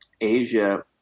Asia